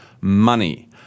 money